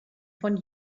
von